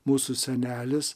mūsų senelis